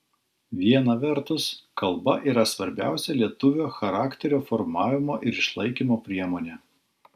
viena vertus kalba yra svarbiausia lietuvio charakterio formavimo ir išlaikymo priemonė